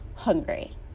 hungry